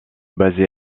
basé